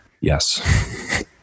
Yes